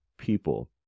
People